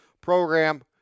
program